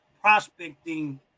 prospecting